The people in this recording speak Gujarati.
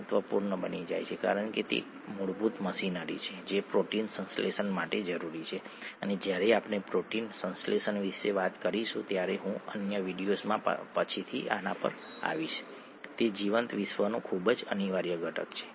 આવું એટલા માટે થાય છે કારણ કે ગ્લુકોઝમાં મોટા પ્રમાણમાં ઊર્જા હોય છે ઠીક છે જો આપણે ગ્લુકોઝનું વિભાજન કરીએ અથવા જો આપણે ગ્લુકોઝનું ઓક્સિડેશન કરીએ તો એક જ સમયે મોટી માત્રામાં ઊર્જા મુક્ત થાય છે